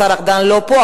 השר ארדן לא פה,